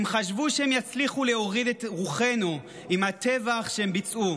הם חשבו שהם יצליחו להוריד את רוחנו עם הטבח שהם ביצעו,